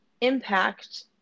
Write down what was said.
impact